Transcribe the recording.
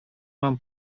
mam